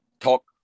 talk